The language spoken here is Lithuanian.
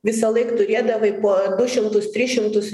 visąlaik turėdavai po du šimtus tris šimtus